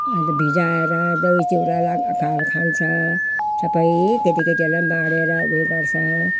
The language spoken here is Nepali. अन्त भिजाएर दही चिउरालाई खान्छ सबै केटा केटीहरूलाई पनि बाँडेर उयो गर्छ